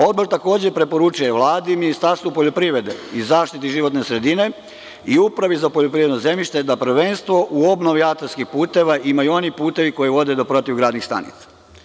Odbor takođe preporučuje Vladi, Ministarstvu poljoprivrede i zaštiti životne sredite i Upravi za poljoprivredno zemljište da prvenstvo u obnovi atarskih puteva imaju oni putevi koji vode do protivgradnih stanica.